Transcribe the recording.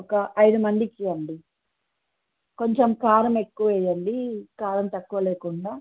ఒక ఐదు మందికి ఇవ్వండి కొంచెం కారం ఎక్కువ వెయ్యండి కారం తక్కువ లేకుండా